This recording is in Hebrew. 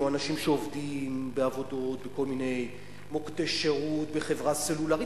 או אנשים שעובדים בעבודות בכל מיני מוקדי שירות בחברה סלולרית,